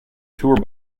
tour